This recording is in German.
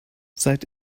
seit